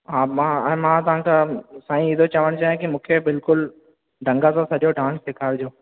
हा मां ऐं मां तव्हां खां साईं ई थो चवणु चाहियां की मूंखे बिल्कुलु ढंग सां सॼो डांस सेखारिजो